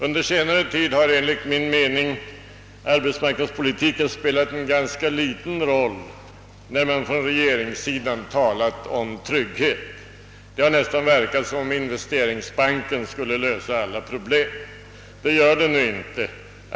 Under senare tid har enligt min mening arbetsmarknadspolitiken spelat en ganska liten roll när regeringen talat om trygghet. Det har nästan verkat som om investeringsbanken skulle lösa alla problem. Det gör den nu inte.